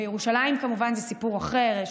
בירושלים כמובן זה סיפור אחר.